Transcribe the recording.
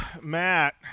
matt